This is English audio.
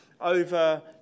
over